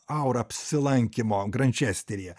aurą apsilankymo grančesteryje